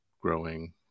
growing